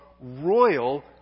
royal